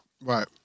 Right